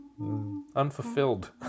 unfulfilled